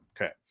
okay